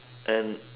and